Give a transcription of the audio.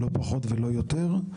לא פחות ולא יותר.